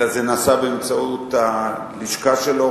אלא זה נעשה באמצעות הלשכה שלו.